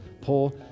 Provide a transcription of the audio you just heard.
poor